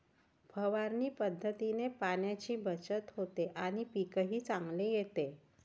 फवारणी पद्धतीने पाण्याची बचत होते आणि पीकही चांगले येते